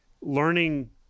learning